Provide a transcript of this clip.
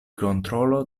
kontrolo